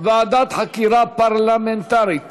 ועדת חקירה פרלמנטרית